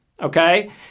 Okay